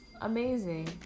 Amazing